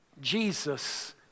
Jesus